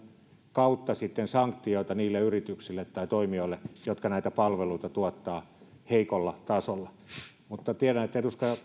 kautta sanktioita niille yrityksille tai toimijoille jotka näitä palveluita tuottavat heikolla tasolla mutta tiedän edustaja